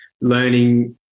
learning